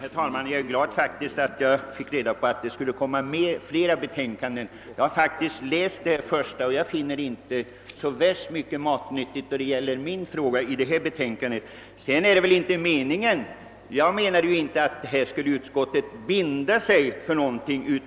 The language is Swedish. Herr talman! Jag är glad att jag fick reda på att det skulle komma flera betänkanden. Jag har läst det första betänkandet, men jag finner det inte så värst matnyttigt när det gäller den fråga som vi aktualiserat i motionerna. Jag menar naturligtvis inte att utskottet skulle binda sig för någonting.